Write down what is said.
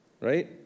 right